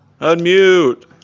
Unmute